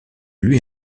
lui